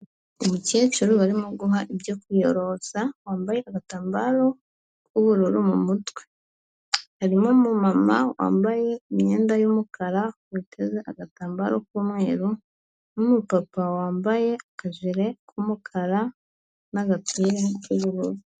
Umukecuru barimo guha ibyo kwiyorosa, wambaye agatambaro k'ubururu mu mutwe, harimo umumama wambaye imyenda y'umukara witeze agatambaro k'umweru n'umupapa wambaye akajire k'umukara n'agapira k'ubururu.